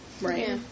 Right